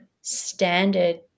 standard